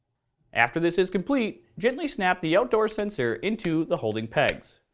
after this is complete, gently snap the outdoor sensor into the holding pegs.